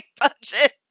budget